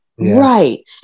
Right